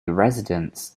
residents